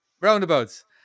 roundabouts